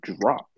drop